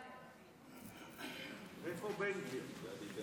איפה בן גביר?